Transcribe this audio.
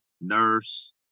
nurse